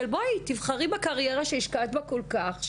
של תבחרי בקריירה שהשקעת בה כל כך,